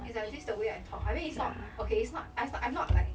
it's like this is the way I talk I mean it's not okay it's not I st~ I'm not like